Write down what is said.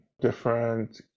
different